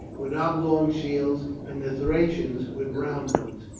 with oblong shields and the thracians, with round ones.